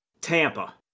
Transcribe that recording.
Tampa